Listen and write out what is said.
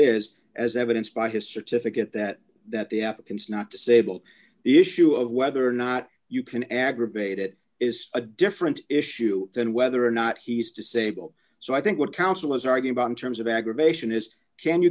is as evidenced by his certificate that that the applicant is not disabled the issue of whether or not you can aggravate it is a different issue than whether or not he's disabled so i think what counsel is argue about in terms of aggravation is can you